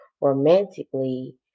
romantically